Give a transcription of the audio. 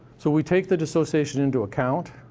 so we take the dissociation into account,